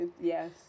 yes